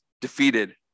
defeated